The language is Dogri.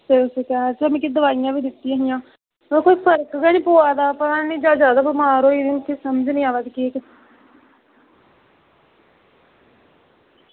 ते तुसें मिगी दोआइयां बी दित्तियां हियां यरो फर्क बी निं पवा दा ते मिगी लग्गा दा जां में जादा बमार होई दी